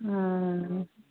वह